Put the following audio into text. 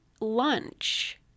lunch